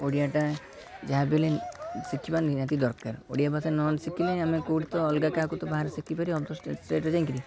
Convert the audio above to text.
ଓଡ଼ିଆଟା ଯାହା ବି ହେଲେ ଶିଖିବା ନିହାତି ଦରକାର ଓଡ଼ିଆ ଭାଷା ନ ଶିଖିଲେ ଆମେ କେଉଁଠି ତ ଅଲଗା କାହାକୁ ତ ବାହାରେ ଶିଖିପାରିବା ଅଦର ଷ୍ଟେଟ୍ରେ ଯାଇକରି